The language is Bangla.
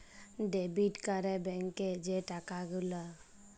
ডেবিট ক্যরে ব্যাংকে যে টাকা গুলা